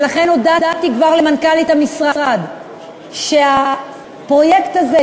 ולכן כבר הודעתי למנכ"לית המשרד שהפרויקט הזה,